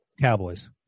Cowboys